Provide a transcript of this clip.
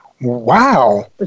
Wow